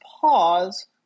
pause